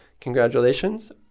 Congratulations